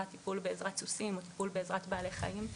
טיפול בעזרת סוסים או טיפול בעזרת בעלי חיים.